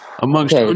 Amongst